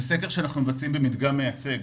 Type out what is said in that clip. ומי שהשיב בחיוב נשאל